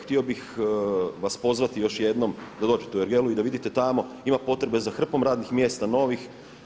Htio bih vas pozvati još jednom da dođete u ergelu i da vidite amo ima potrebe za hrpom radnih mjesta novih.